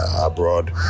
abroad